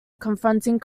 confronting